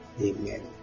Amen